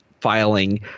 filing